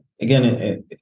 again